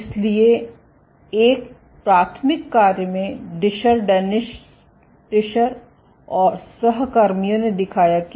इसलिए एक प्राथमिक कार्य में डिशर डेनिस डिशर और सहकर्मियों ने दिखाया कि